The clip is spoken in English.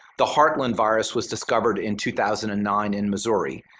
the heartland virus was discovered in two thousand and nine in missouri.